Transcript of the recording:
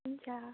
हुन्छ